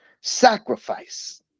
sacrifice